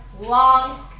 long